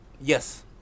Yes